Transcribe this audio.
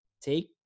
take